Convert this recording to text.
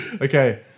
Okay